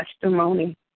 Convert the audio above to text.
testimony